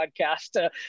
podcast